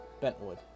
bentwood